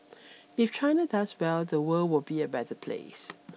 if China does well the world will be a better place